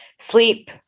sleep